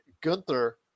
Gunther